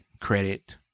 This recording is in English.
credit